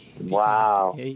Wow